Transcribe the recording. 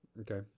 Okay